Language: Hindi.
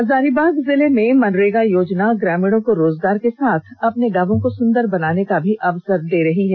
हजारीबाग जिले में मनरेगा योजना ग्रामीणों को रोजगार के साथ अपने गांवों को सुन्दर बनाने का भी अवसर दे रही है